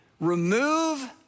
remove